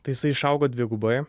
tai jisai išaugo dvigubai